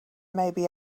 maybe